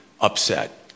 upset